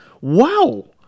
Wow